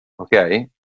Okay